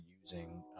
using